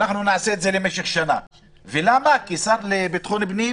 נעשה את זה למשך שנה כי השר לביטחון הפנים